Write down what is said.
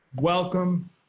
Welcome